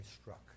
struck